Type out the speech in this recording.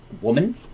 woman